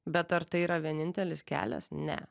bet ar tai yra vienintelis kelias ne